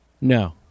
No